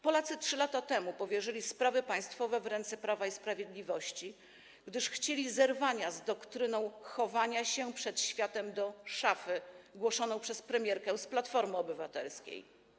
Polacy 3 lata temu powierzyli sprawy państwowe w ręce Prawa i Sprawiedliwości, gdyż chcieli zerwania z doktryną chowania się przed światem do szafy głoszoną przez premierkę z Platformy Obywatelskiej.